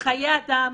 שחיי אדם,